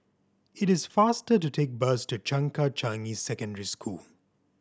it is faster to take the bus to Changkat Changi Secondary School